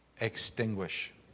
extinguish